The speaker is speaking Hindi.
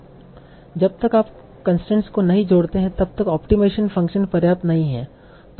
जब तक आप कंसट्रेन्स को नहीं जोड़ते हैं तब तक ऑप्टिमाइजेशन फ़ंक्शन पर्याप्त नहीं है